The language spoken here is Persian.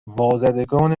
وازدگان